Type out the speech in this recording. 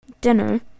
dinner